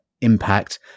impact